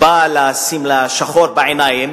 בא לשים לה שחור בעיניים,